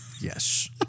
Yes